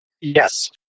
Yes